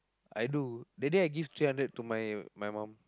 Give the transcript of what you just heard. I do that day I give three hundred to my my mom